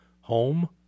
home